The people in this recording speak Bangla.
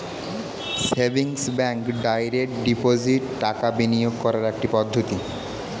সেভিংস ব্যাঙ্কে ডাইরেক্ট ডিপোজিট টাকা বিনিয়োগ করার একটি পদ্ধতি